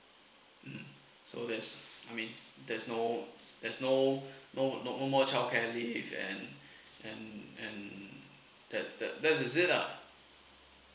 mm so there's I mean there's no there's no no no more childcare leave and and and that that that's is it lah